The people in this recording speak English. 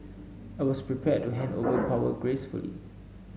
I was prepared to hand over power gracefully